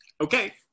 okay